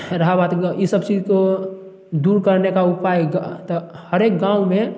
रहा बात ये सब चीज को दूर करने का उपाय हर एक गाँव में